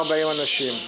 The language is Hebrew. אנשים,